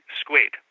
squid